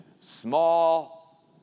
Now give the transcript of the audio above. small